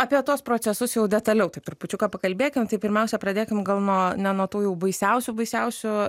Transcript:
apie tuos procesus jau detaliau taip trupučiuką pakalbėkim tai pirmiausia pradėkim gal nuo ne nuo tų jau baisiausių baisiausių